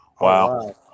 Wow